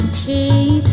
pay